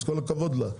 כל הכבוד לה.